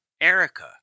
erica